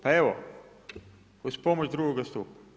Pa evo, uz pomoć drugoga stupa.